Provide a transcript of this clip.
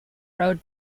road